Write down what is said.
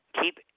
Keep